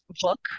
book